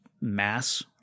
mass